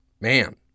Man